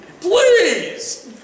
Please